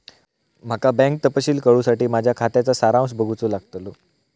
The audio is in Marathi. माका बँक तपशील कळूसाठी माझ्या खात्याचा सारांश बघूचो लागतलो